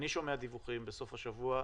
אני שומע דיווחים בסוף השבוע,